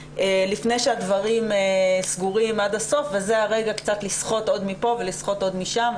לפני שהדברים סגורים עד הסוף וזה הרגע קצת לסחוט עוד מפה וקצת עוד משם.